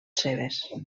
seves